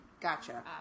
Gotcha